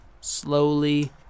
slowly